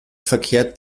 verkehrt